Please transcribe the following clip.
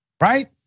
right